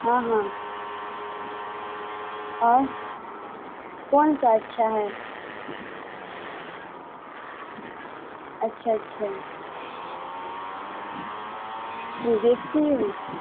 ہاں ہاں اور کون سا اچھا ہے اچھا اچھا تم دیکھتی ہو